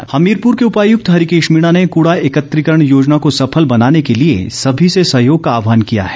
कुड़ा एकत्रीकरण हमीरपुर के उपायुक्त हरिकेश मीणा ने कूड़ा एकत्रिकरण योजना को सफल बनाने के लिए सभी से सहयोग का आहवान किया है